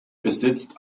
besitzt